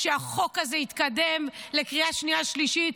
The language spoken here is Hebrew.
שהחוק הזה יתקדם לקריאה שנייה-שלישית,